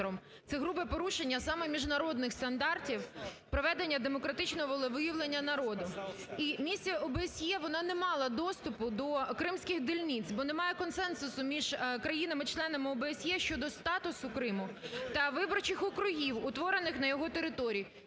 це грубе порушення саме міжнародних стандартів проведення демократичного волевиявлення народу. І Місія ОБСЄ вона не мала доступу до кримських дільниць, бо немає консенсусу між країнами-членами ОБСЄ щодо статусу Криму та виборчих округів, утворених на його території.